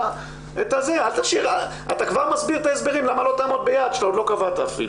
אתה כבר מסביר את ההסברים למה לא תעמוד ביעד שאתה עוד לא קבעת אפילו.